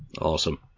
Awesome